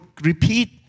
repeat